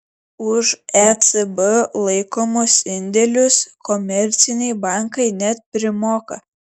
už ecb laikomus indėlius komerciniai bankai net primoka